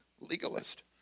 Legalist